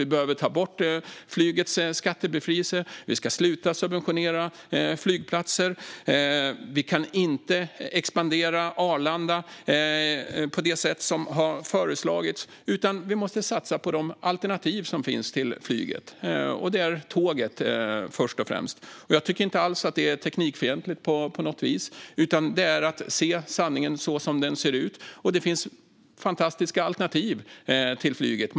Vi behöver ta bort flygets skattebefrielse. Vi ska sluta subventionera flygplatser. Vi kan inte expandera Arlanda på det sätt som har föreslagits. Vi måste i stället satsa på de alternativ som finns till flyget, först och främst tåget. Det är inte alls teknikfientligt på något vis, tycker jag, utan det är att se sanningen så som den ser ut. Det finns fantastiska alternativ till flyget.